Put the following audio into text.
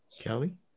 Kelly